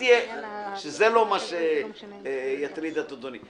שזה לא מה שיטריד את אדוני.